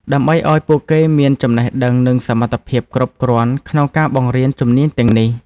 ដើម្បីឱ្យពួកគេមានចំណេះដឹងនិងសមត្ថភាពគ្រប់គ្រាន់ក្នុងការបង្រៀនជំនាញទាំងនេះ។